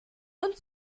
und